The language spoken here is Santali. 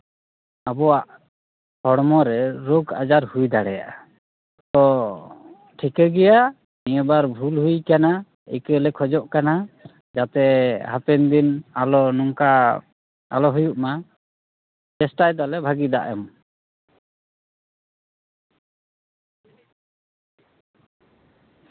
ᱟᱵᱚᱣᱟᱜ ᱦᱚᱲᱢᱚᱨᱮ ᱨᱳᱜᱽ ᱟᱡᱟᱨ ᱦᱩᱭ ᱫᱟᱲᱮᱭᱟᱜᱼᱟ ᱟᱫᱚ ᱴᱷᱤᱠᱟᱹᱱ ᱜᱮᱭᱟ ᱱᱤᱭᱟᱹᱵᱟᱨ ᱵᱷᱩᱞ ᱦᱩᱭᱟᱠᱟᱱᱟ ᱤᱠᱟᱹᱞᱮ ᱠᱷᱚᱡᱚᱜ ᱠᱟᱱᱟ ᱡᱟᱛᱮ ᱦᱟᱯᱮᱱ ᱫᱤᱱ ᱟᱞᱚ ᱱᱚᱝᱠᱟ ᱟᱞᱚ ᱦᱩᱭᱩᱜ ᱢᱟ ᱪᱮᱥᱴᱟᱭᱫᱟᱞᱮ ᱵᱷᱟᱜᱮ ᱫᱟᱜ ᱮᱢ